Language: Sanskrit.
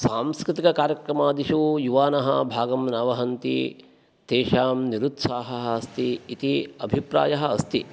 सांस्कृतिककार्यक्रमादिषु युवानः भागम् न वहन्ति तेषां निरुत्साहः अस्ति इति अभिप्रायः अस्ति